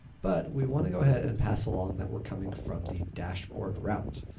but we want to go ahead and pass along that we're coming from the dashboard route.